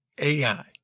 AI